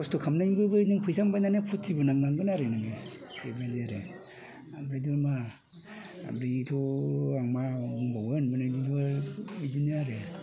बे खस्थ' खालामनायनिबो फैसा मोनबाय नालाय फुरथिबो मोनगोन आरो नोङो बेबायदि आरो ओमफ्राय बोरमा बेथ' आं मा बुंबावगोन बेबो बिदिनो आरो